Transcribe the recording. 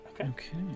Okay